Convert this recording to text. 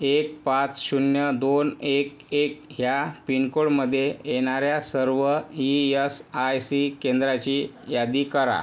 एक पाच शून्य दोन एक एक ह्या पिनकोडमध्ये येणाऱ्या सर्व ई एस आय सी केंद्राची यादी करा